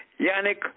Yannick